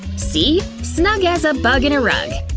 see? snug as a bug in a rug.